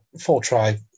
four-try